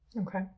Okay